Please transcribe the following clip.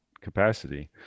capacity